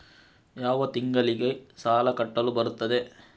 ಯಾವ ತಿಂಗಳಿಗೆ ಸಾಲ ಕಟ್ಟಲು ಬರುತ್ತದೆ?